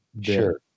Sure